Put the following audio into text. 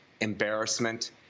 embarrassment